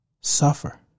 suffer